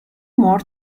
more